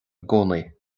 gcónaí